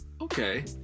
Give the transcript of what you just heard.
okay